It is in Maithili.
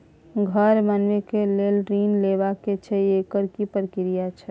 घर बनबै के लेल ऋण लेबा के छै एकर की प्रक्रिया छै?